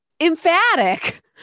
Emphatic